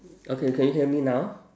okay can you hear me now